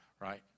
right